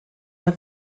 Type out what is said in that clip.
are